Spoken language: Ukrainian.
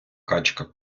качка